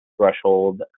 threshold